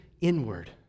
inward